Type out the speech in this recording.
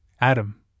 Adam